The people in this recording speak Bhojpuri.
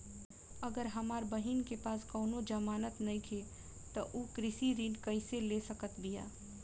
अगर हमार बहिन के पास कउनों जमानत नइखें त उ कृषि ऋण कइसे ले सकत बिया?